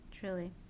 truly